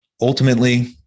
Ultimately